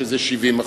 שזה 70%,